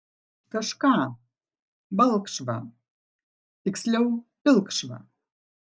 kažką balkšvą tiksliau pilkšvą